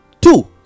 two